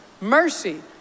mercy